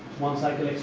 one cycle